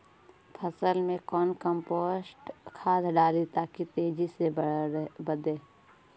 फसल मे कौन कम्पोस्ट खाद डाली ताकि तेजी से बदे?